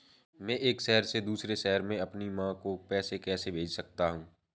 मैं एक शहर से दूसरे शहर में अपनी माँ को पैसे कैसे भेज सकता हूँ?